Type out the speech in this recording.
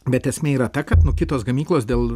bet esmė yra ta kad nu kitos gamyklos dėl